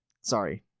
Sorry